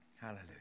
Hallelujah